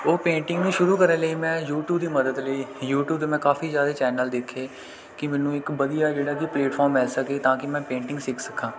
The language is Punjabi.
ਉਹ ਪੇਂਟਿੰਗ ਨੂੰ ਸ਼ੁਰੂ ਕਰਨ ਲਈ ਮੈਂ ਯੂਟੀਊਬ ਦੀ ਮਦਦ ਲਈ ਯੂਟੀਊਬ 'ਤੇ ਮੈਂ ਕਾਫੀ ਜ਼ਿਆਦਾ ਚੈਨਲ ਦੇਖੇ ਕਿ ਮੈਨੂੰ ਇੱਕ ਵਧੀਆ ਜਿਹੜਾ ਕਿ ਪਲੇਟਫਾਰਮ ਮਿਲ ਸਕੇ ਤਾਂ ਕਿ ਮੈਂ ਪੇਂਟਿੰਗ ਸਿੱਖ ਸਕਾਂ